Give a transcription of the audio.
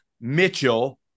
Mitchell